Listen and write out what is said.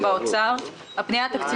זה לא רק אתם, עם כל הכבוד.